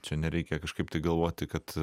čia nereikia kažkaip tai galvoti kad